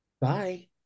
Bye